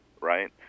right